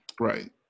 Right